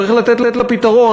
צריך לתת לה פתרון.